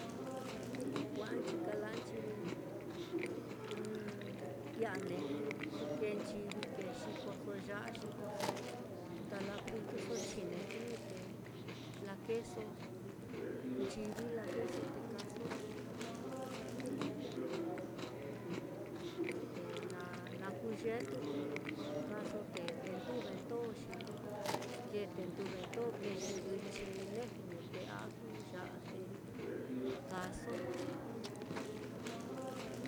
kua'anchi kalanchi tia'a ne'e, xi kee nchivi kee, xikoso ya'a xikoso, ndala frituso chinejɨ, te lakeeso nchivi lakeeso te kaaso, te na na kuu yetute kaaso, te té nduvendo xi kee té nduvendo kee yɨ'ɨ chinejɨ, te aju, ya'a te kaaso.